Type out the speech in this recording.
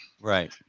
Right